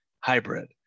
hybrid